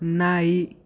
ನಾಯಿ